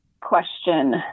question